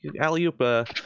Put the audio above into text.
alley-oop